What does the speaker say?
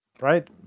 right